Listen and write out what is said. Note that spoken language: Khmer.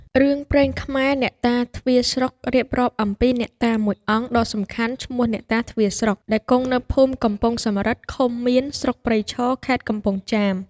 រឿងព្រេងខ្មែរ "អ្នកតាទ្វារស្រុក" រៀបរាប់អំពីអ្នកតាមួយអង្គដ៏សំខាន់ឈ្មោះអ្នកតា "ទ្វារស្រុក" ដែលគង់នៅភូមិកំពង់សំរឹទ្ធិ ឃុំមៀន ស្រុកព្រៃឈរ ខេត្តកំពង់ចាម ។